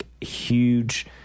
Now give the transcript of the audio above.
huge